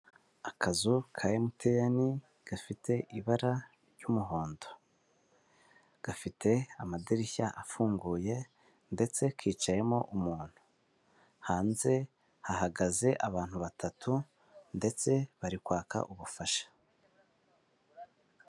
Akazu ka MTN gafite ibara ry'umuhondo gafite amadirishya afunguye ndetse kicayemo umuntu, hanze hahagaze abantu batatu ndetse bari kwaka ubufasha.